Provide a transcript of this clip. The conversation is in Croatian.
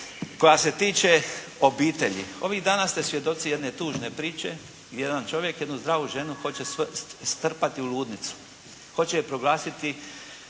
koja se tiče obitelji. Ovih dana ste svjedoci jedne tužne priče. Jedan čovjek hoće jednu zdravu ženu strpati u ludnicu. Hoće je proglasiti